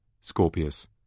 Scorpius